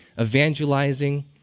evangelizing